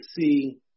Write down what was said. see